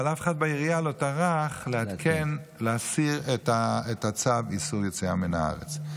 אבל אף אחד בעירייה לא טרח לעדכן להסיר את צו איסור היציאה מן הארץ.